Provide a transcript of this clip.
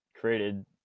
created